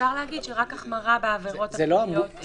אפשר להגיד שרק החמרה בעבירות הפליליות יגיע